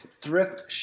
thrift